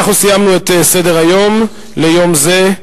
אנחנו סיימנו את סדר-היום ליום זה,